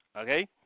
Okay